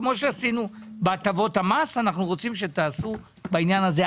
כמו שעשינו בהטבות המס אנחנו רוצים שתעשו בעניין הזה.